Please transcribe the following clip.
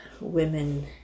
women